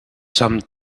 some